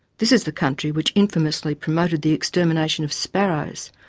this is the country which infamously promoted the extermination of sparrows,